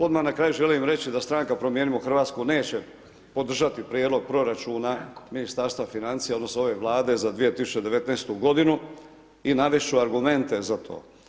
Odmah na kraju želim reći da stranka Promijenimo Hrvatsku, neće podržati prijedlog proračuna Ministarstva financija, odnosno, ove vlade za 2019. g. i navesti ću argumente za to.